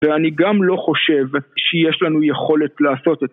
ואני גם לא חושב שיש לנו יכולת לעשות את זה.